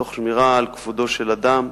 תוך שמירה על כבודו של אדם,